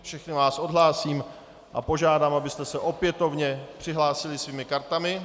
Všechny vás odhlásím a požádám, abyste se opětovně přihlásili svými kartami.